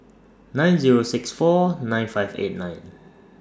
nine Zero six four nine five eight nine